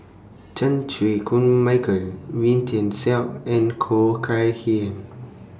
Chan Chew Koon Michael Wee Tian Siak and Khoo Kay Hian